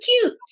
cute